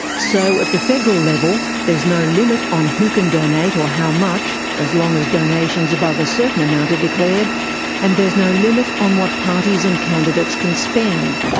so, at the federal level, there's no limit on who can donate or how much as long as donations above a certain amount are declared and there's no limit on what parties and candidates can spend.